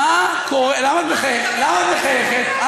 למה את מחייכת?